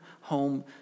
home